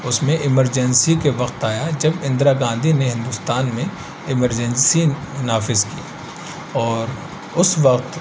اس میں ایمرجنسی کے وقت آیا جب اندرا گاندھی نے ہندوستان میں ایمرجنسی نافذ کی اور اس وقت